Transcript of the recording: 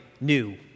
new